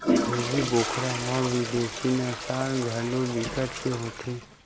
छेरी बोकरा म बिदेसी नसल घलो बिकट के होथे